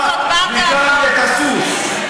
עם האלימות בא התיאבון.